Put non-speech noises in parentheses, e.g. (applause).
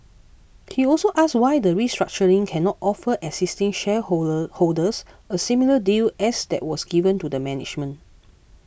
he also asked why the restructuring cannot offer existing share (unintelligible) holders a similar deal as that was given to the management